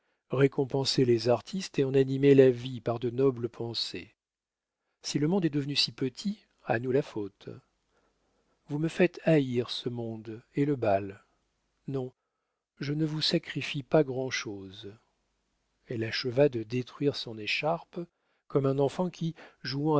récompenser les artistes et en animer la vie par de nobles pensées si le monde est devenu si petit à nous la faute vous me faites haïr ce monde et le bal non je ne vous sacrifie pas grand'chose elle acheva de détruire son écharpe comme un enfant qui jouant